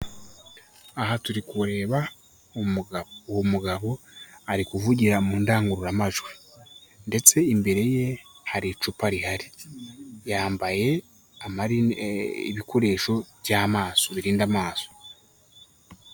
Aha turi kureba umugabo, uwo mugabo ari kuvugira mu ndangururamajwi ndetse imbere ye hari icupa rihari, yambaye ibikoresho by'amaso birinda amaso.